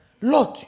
Lord